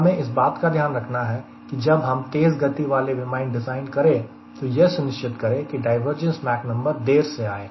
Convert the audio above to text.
हमें इस बात का ध्यान रखना है कि जब हम तेज गति वाले विमान डिज़ाइन करें तो यह सुनिश्चित करें कि डायवर्जेंस माक नंबर देर से आए